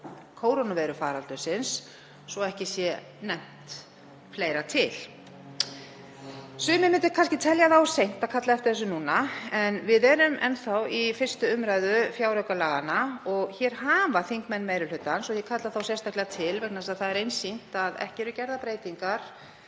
kórónuveirufaraldursins, svo ekki sé fleira nefnt. Sumir myndu kannski telja það of seint að kalla eftir þessu núna en við erum enn þá í 1. umr. fjáraukalaga. Hér hafa þingmenn meiri hlutans, ég kalla þá sérstaklega til vegna þess að það er einsýnt að ekki eru gerðar breytingar